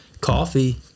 Coffee